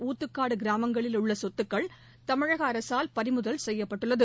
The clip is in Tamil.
ஊத்துக்காடு கிராமங்களில் உள்ள சொத்துக்கள் தமிழக அரசால் பறிமுதல் செய்யப்பட்டுள்ளது